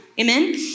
Amen